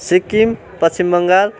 सिक्किम पश्चिम बङ्गाल